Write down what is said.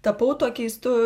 tapau tuo keistu